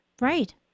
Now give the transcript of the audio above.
Right